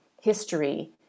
history